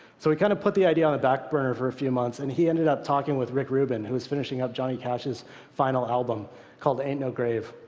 so we kind of put the idea on the back burner for a few months. and he ended up talking to rick rubin, who was finishing up johnny cash's final album called ain't no grave.